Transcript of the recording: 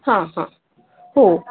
हां हां हो